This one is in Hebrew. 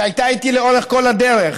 שהייתה איתי לאורך כל הדרך,